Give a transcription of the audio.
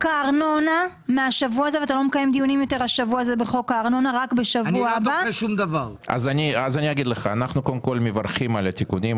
נקבעת מגבלה ברורה שאי אפשר להגיש מוקדם